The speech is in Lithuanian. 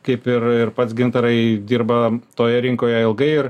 kaip ir ir pats gintarai dirba toje rinkoje ilgai ir